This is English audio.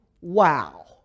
Wow